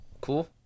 Cool